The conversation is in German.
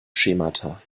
schemata